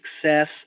success